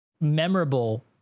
memorable